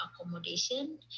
accommodation